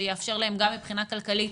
שיאפשר להם גם מבחינה כלכלית